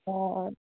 অঁ অঁ